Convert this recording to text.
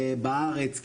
בארץ,